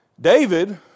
David